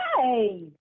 Hey